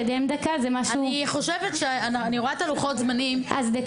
אני רואה את לוחות-הזמנים --- (אומרת דברים בשפת הסימנים,